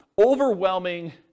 overwhelming